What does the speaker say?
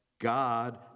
God